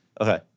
Okay